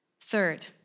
Third